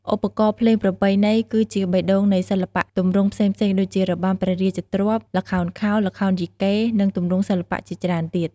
ឧបករណ៍ភ្លេងប្រពៃណីគឺជាបេះដូងនៃសិល្បៈទម្រង់ផ្សេងៗដូចជា របាំព្រះរាជទ្រព្យ ល្ខោនខោល ល្ខោនយីកេ និងទម្រង់សិល្បៈជាច្រើនទៀត។